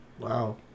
Wow